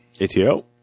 ATL